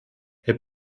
herr